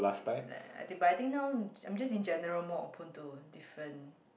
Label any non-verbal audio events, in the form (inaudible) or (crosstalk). (noise) but I think now I'm just in general more open to different